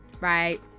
Right